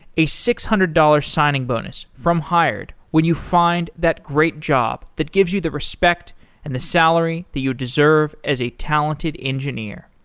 a six hundred dollars signing bonus from hired when you find that great job that gives you the respect and the salary that you deserve as a talented engineer.